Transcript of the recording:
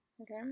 okay